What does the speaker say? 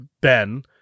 Ben